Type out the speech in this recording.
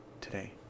today